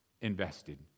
invested